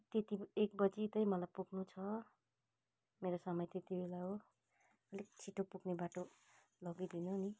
त्यति एक बजी चाहिँ मलाई पुग्नु छ मेरो समय त्यति बेला हो अलिक छिट्टो पुग्ने बाटो लगिदिनु नि